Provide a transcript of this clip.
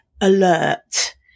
alert